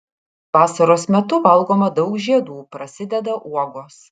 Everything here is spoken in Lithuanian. vasaros metu valgoma daug žiedų prasideda uogos